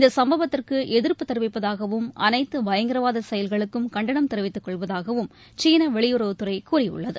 இந்த சும்பவத்திற்கு எதிர்ப்பு தெரிவிப்பதாகவும் அனைத்து பயங்கரவாத செயல்களுக்கும் கண்டனம் தெரிவித்துக் கொள்வதாகவும் சீன வெளியுறவுத்துறை கூறியுள்ளது